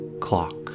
Clock